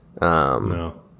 No